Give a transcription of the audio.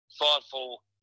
thoughtful